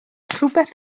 rhywbeth